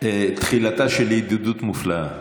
תחילתה של ידידות מופלאה.